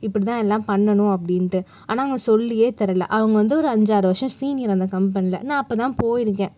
இப்படி தான் எல்லாம் பண்ணணும் அப்படின்னுட்டு ஆனால் அவங்க சொல்லியே தரலை அவங்க ஒரு அஞ்சு ஆறு வருஷம் சீனியர் அந்த கம்பெனியில் நான் அப்போ தான் போயிருக்கேன்